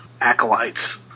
Acolytes